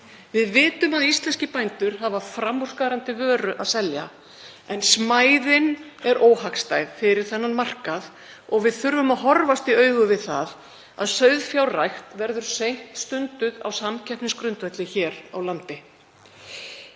Við vitum að íslenskir bændur hafa framúrskarandi vöru að selja en smæðin er óhagstæð fyrir þennan markað og við þurfum að horfast í augu við það að sauðfjárrækt verður seint stunduð á samkeppnisgrundvelli hér á landi.